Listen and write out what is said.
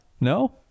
no